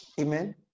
amen